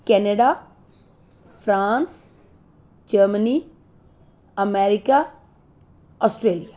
Canada France Germany America Australia